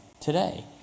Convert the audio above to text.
today